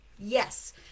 Yes